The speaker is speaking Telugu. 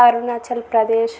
అరుణాచల్ ప్రదేశ్